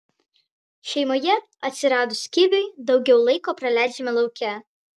šeimoje atsiradus kiviui daugiau laiko praleidžiame lauke